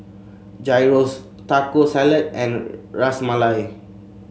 Gyros Taco Salad and Ras Malai